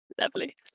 Lovely